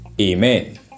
Amen